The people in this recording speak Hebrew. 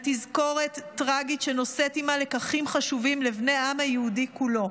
תזכורת טרגית שנושאת עימה לקחים חשובים לבני העם היהודי כולו.